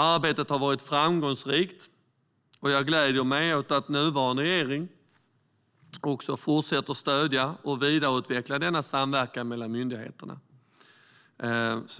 Arbetet har varit framgångsrikt, och jag gläder mig åt att nuvarande regering fortsätter att stödja och vidareutveckla denna samverkan mellan myndigheterna,